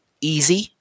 easy